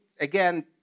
again